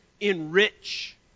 enrich